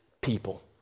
people